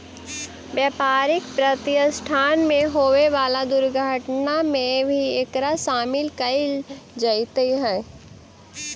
व्यापारिक प्रतिष्ठान में होवे वाला दुर्घटना में भी एकरा शामिल कईल जईत हई